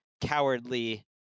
cowardly